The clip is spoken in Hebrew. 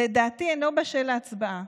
לדעתי אינו בשל להצבעה.